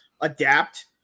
adapt